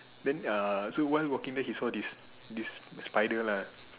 then uh so while walking then he saw this this spider lah